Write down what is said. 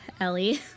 Ellie